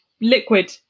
liquid